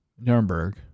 Nuremberg